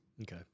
Okay